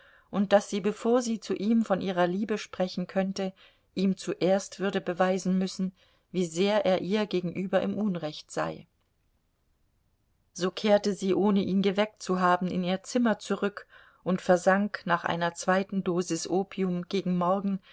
und daß sie bevor sie zu ihm von ihrer liebe sprechen könnte ihm zuerst würde beweisen müssen wie sehr er ihr gegenüber im unrecht sei so kehrte sie ohne ihn geweckt zu haben in ihr zimmer zurück und versank nach einer zweiten dosis opium gegen morgen